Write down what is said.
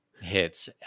hits